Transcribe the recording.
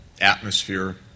atmosphere